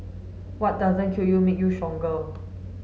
what doesn't kill you make you stronger